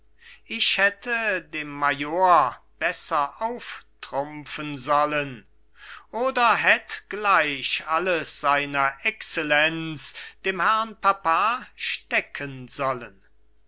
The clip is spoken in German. ich hätt dem major besser auftrumpfen sollen oder hätt gleich alles seiner excellenz dem herrn papa stecken sollen